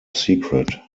secret